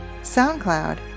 SoundCloud